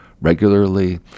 regularly